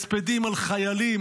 הספדים על חיילים